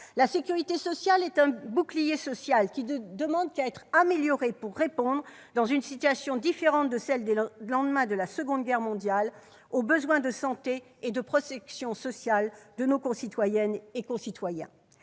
La sécurité sociale est un bouclier social qui ne demande qu'à être amélioré pour répondre, dans une situation différente de celle des lendemains de la Seconde Guerre mondiale, aux besoins de santé et de protection sociale de nos concitoyennes et concitoyens.